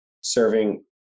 serving